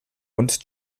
und